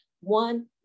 one